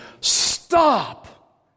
Stop